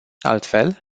altfel